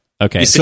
Okay